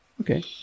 Okay